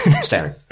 staring